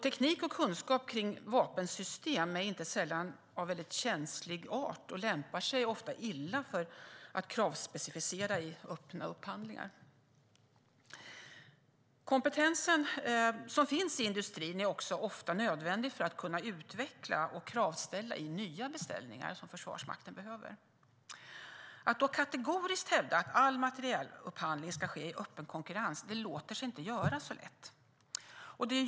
Teknik och kunskap kring vapensystemen är inte sällan av mycket känslig art och lämpar sig ofta illa att kravspecificeras i öppna upphandlingar. Den kompetens som finns i industrin är också ofta nödvändig för att kunna utveckla och kravställa i nya beställningar som Försvarsmakten behöver göra. Att då kategoriskt hävda att all materielupphandling ska ske i öppen konkurrens låter sig inte göras så lätt.